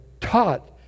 taught